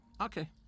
okay